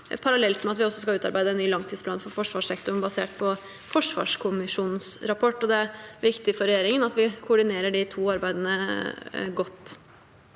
parallelt med at vi også skal utarbeide en ny langtidsplan for forsvarssektoren basert på forsvarskommisjonens rapport. Det er viktig for regjeringen at vi koordinerer de to arbeidene godt.